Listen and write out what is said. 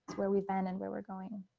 where we've been and where we're going.